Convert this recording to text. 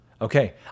okay